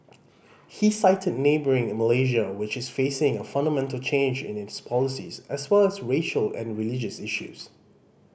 he cited neighbouring Malaysia which is facing a fundamental change in its policies as well as racial and religious issues